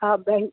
हा भई